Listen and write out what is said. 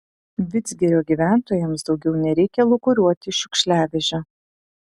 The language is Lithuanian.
vidzgirio gyventojams daugiau nereikia lūkuriuoti šiukšliavežio